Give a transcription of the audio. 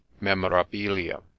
memorabilia